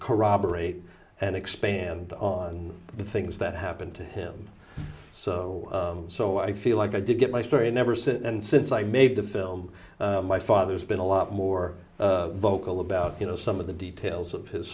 corroborate and expand on the things that happened to him so so i feel like i did get my story never sent and since i made the film my father has been a lot more vocal about you know some of the details of his